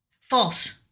False